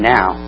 Now